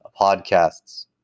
Podcasts